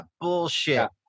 bullshit